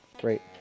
Great